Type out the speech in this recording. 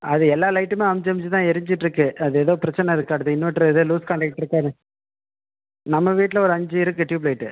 அது எல்லா லைட்டுமே அணைஞ்சி அணைஞ்சி தான் எரிஞ்சிட்டு இருக்குது அது எதோ பிரச்சனை இருக்குது அடுத்த இன்வெட்ரு எதோ லூஸ் காண்டக்ட் இருக்கான்னு நம்ம வீட்டில் ஒரு அஞ்சு இருக்குது டியூப் லைட்டு